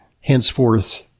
Henceforth